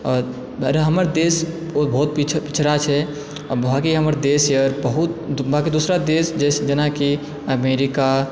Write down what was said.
आओर हमर देश बहुत पिछड़ा छै आओर बहुत ही हमर देशए बहुत बाँकी दोसरा देश जेनाकि अमेरिका